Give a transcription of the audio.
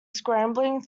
scrambling